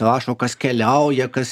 rašo kas keliauja kas